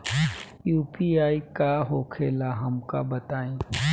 UPI का होखेला हमका बताई?